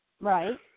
Right